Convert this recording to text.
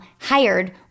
hired